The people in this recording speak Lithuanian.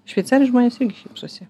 šveicarijoj žmonės šypsosi